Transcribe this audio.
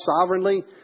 sovereignly